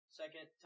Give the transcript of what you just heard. second